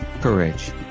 courage